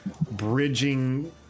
bridging